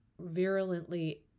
virulently